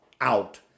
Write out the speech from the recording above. out